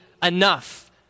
enough